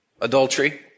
Adultery